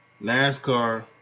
NASCAR